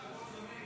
אורית,